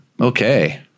okay